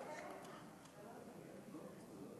מי אמר את זה?